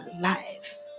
life